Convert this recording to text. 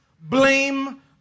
Blame